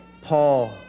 Paul